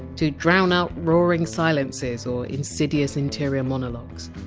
to drown out roaring silences or insidious interior monologues,